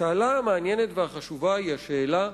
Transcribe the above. השאלה המעניינת והחשובה היא השאלה: